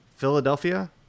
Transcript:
philadelphia